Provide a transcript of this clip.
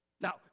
Now